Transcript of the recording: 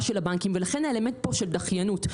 של הבנקים ולכן האלמנט פה של דחיינות,